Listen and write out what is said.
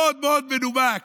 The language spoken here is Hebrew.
מאוד מאוד מנומק.